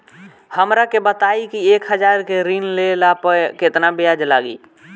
हमरा के बताई कि एक हज़ार के ऋण ले ला पे केतना ब्याज लागी?